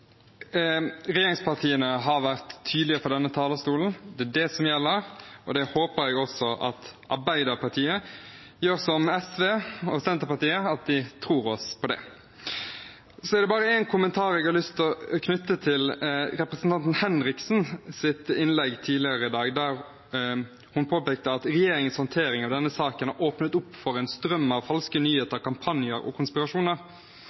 Regjeringspartiene har vært tydelige fra denne talerstolen. Det er det som gjelder, og jeg håper også at Arbeiderpartiet gjør som SV og Senterpartiet – tror oss på det. Det er en kommentar jeg har lyst til å knytte til representanten Henriksens innlegg tidligere i dag, der hun påpekte at regjeringens håndtering av denne saken har åpnet opp for en strøm av falske nyheter, kampanjer og konspirasjoner.